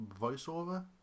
voiceover